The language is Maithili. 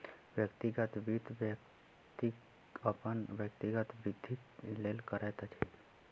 व्यक्तिगत वित्त, व्यक्ति अपन व्यक्तिगत वृद्धिक लेल करैत अछि